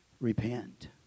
Repent